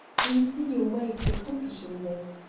do you see your way to accomplishing this?